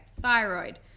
thyroid